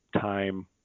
time